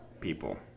people